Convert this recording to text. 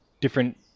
different